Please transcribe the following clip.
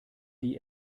die